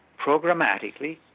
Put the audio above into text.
programmatically